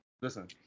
Listen